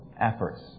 efforts